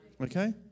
Okay